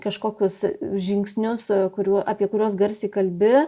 kažkokius žingsnius kurių apie kuriuos garsiai kalbi